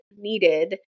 needed